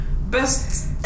best